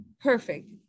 perfect